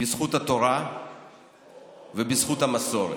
בזכות התורה ובזכות המסורת,